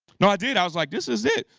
no, i did. i was like, this is it.